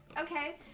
Okay